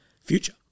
future